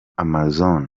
amazon